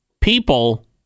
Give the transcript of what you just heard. people